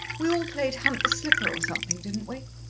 we all played hunt the slipper or something, didn't we?